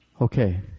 Okay